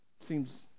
seems